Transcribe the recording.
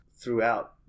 throughout